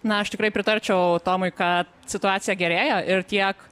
na aš tikrai pritarčiau tomui ka situacija gerėja ir tiek